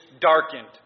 darkened